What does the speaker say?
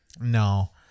No